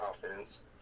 confidence